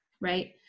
right